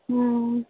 ம்